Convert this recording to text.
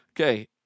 okay